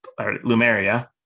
Lumeria